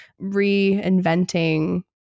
reinventing